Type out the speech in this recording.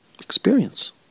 experience